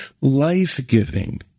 life-giving